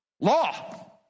Law